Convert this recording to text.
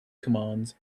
command